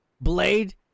Blade